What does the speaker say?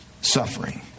suffering